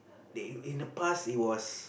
they in the past it was